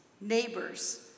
neighbors